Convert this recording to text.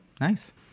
Nice